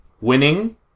winning